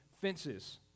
fences